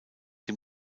dem